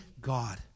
God